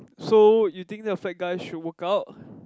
so you think the fat guy should work out